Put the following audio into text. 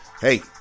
Hey